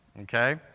Okay